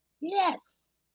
Yes